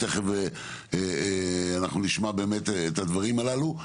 תיכף אנחנו נשמע באמת את הדברים הללו.